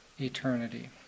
eternity